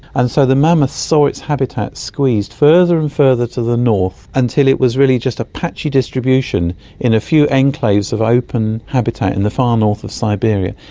and so the mammoth saw its habitat squeezed further and further to the north until it was really just a patchy distribution in a few enclaves of open habitat in the far north of siberia,